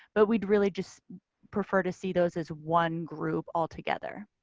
but we'd really just prefer to see those as one group altogether.